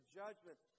judgment